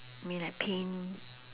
mean like paint